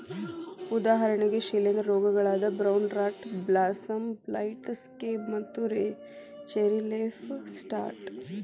ಉದಾಹರಣೆಗೆ ಶಿಲೇಂಧ್ರ ರೋಗಗಳಾದ brown rot blossom blight, scab ಮತ್ತು ಚೆರ್ರಿ ಲೇಫ್ ಸ್ಪಾಟ್